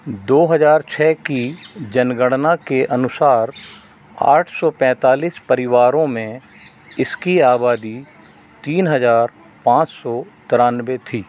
दो हज़ार छः की जनगणना के अनुसार आठ सौ पैंतालीस परिवारों में इसकी आबादी तीन हज़ार पाँच सौ तेरानवे थी